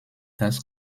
dass